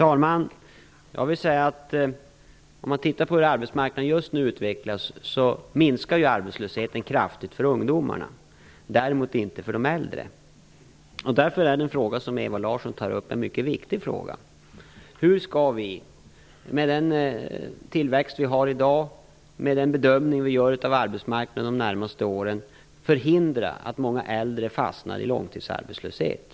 Herr talman! Om man tittar på hur arbetsmarknaden just nu utvecklas ser man att arbetslösheten bland ungdomarna minskar kraftigt. Däremot gör den inte det för de äldre. Därför är den fråga som Ewa Larsson tar upp mycket viktig. Hur skall vi, med den tillväxt vi har i dag och med den bedömning vi gör av arbetsmarknaden de närmaste åren, förhindra att många äldre fastnar i långtidsarbetslöshet?